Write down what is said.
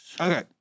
Okay